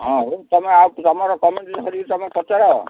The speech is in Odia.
ହଁ ହଉ ତୁମେ ଆଉ ତୁମର କମିଟି କରିକି ତୁମେ ପଚାର